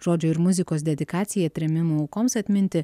žodžio ir muzikos dedikacija trėmimų aukoms atminti